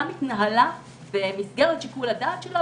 התנהלה במסגרת שיקול הדעת שלה,